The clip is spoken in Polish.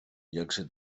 jakże